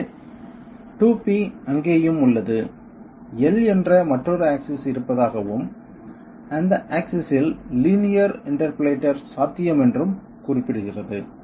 எனவே 2P அங்கேயேயும் உள்ளது L என்ற மற்றொரு ஆக்சிஸ் இருப்பதாகவும் அந்த ஆக்சிஸ் இல் லீனியர் இண்டர்போலேட்டர் சாத்தியம் என்றும் குறிப்பிடுகிறது